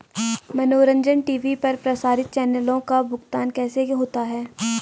मनोरंजन टी.वी पर प्रसारित चैनलों का भुगतान कैसे होता है?